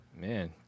Man